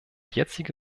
jetzige